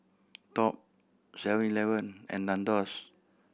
top Seven Eleven and Nandos